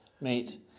meet